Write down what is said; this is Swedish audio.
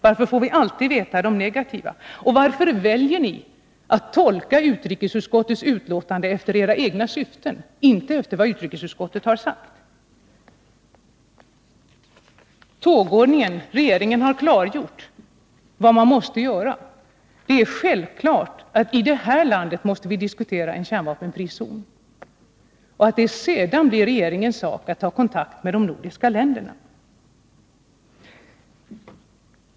Varför får vi alltid veta vad som är negativt? Och varför väljer ni att tolka utrikesutskottets betänkande efter era egna syften och inte efter vad utrikesutskottet har sagt? När det gäller tågordningen har regeringen klargjort vad man måste göra. Det är självklart att vi i detta land måste diskutera en kärnvapenfri zon, och sedan är det regeringens sak att ta kontakt med de nordiska länderna.